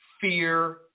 Fear